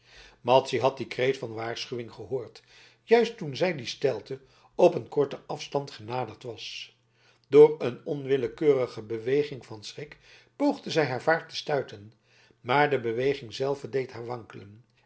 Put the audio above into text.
madzy had dien kreet van waarschuwing gehoord juist toen zij die steilte op een korten afstand genaderd was door een onwillekeurige beweging van schrik poogde zij haar vaart te stuiten maar de beweging zelve deed haar wankelen